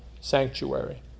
sanctuary